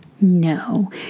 No